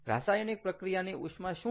રાસાયણિક પ્રક્રિયાની ઉષ્મા શું છે